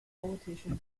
politician